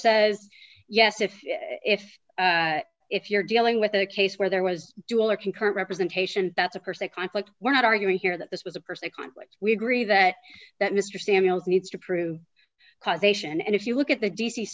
says yes if if if you're dealing with a case where there was dual or concurrent representation that's of course a conflict we're not arguing here that this was a person conflict we agree that that mr samuels needs to prove causation and if you look at the d